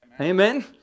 Amen